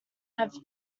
have